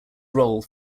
role